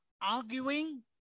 Arguing